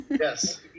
Yes